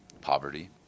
poverty